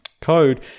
code